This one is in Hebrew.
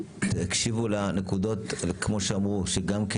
שתקשיבו לנקודות שחשובות מאוד מאוד